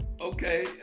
Okay